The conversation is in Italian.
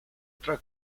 tra